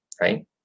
right